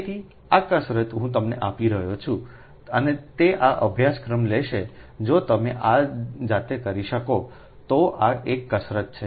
તેથી આ કસરત હું તમને આપી રહ્યો છું અને તે આ અભ્યાસક્રમ લેશે જો તમે આ જાતે કરી શકો તો આ એક કસરત છે